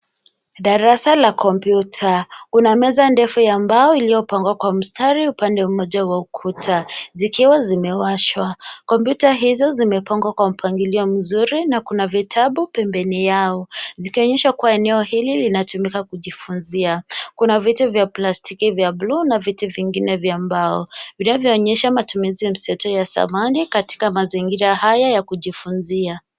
Darasa la kompyuta. Kuna meza ndefu ya mbao iliyopangwa kwa mstari upande mmoja wa ukuta zikiwa zimewashwa. Kompyuta hizo zimepangwa kwa mpangilio mzuri na kuna vitabu pembeni yao. Zikionyesha kuwa eneo hili linatumika kujifunzia. Kuna viti vya plastiki vya buluu na viti vingine vya mbao, vinavyo onyesha matumizi ya mseto ya samani katika mazingira haya ya kujifunzia.